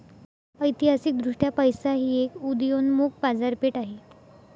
ऐतिहासिकदृष्ट्या पैसा ही एक उदयोन्मुख बाजारपेठ आहे